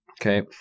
Okay